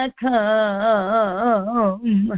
come